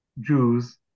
Jews